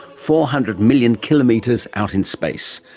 four hundred million kilometres out in space.